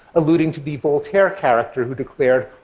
alluding to the voltaire character who declared,